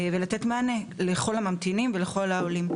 ולתת מענה לכל הממתינים ולכל העולים.